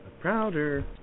prouder